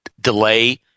delay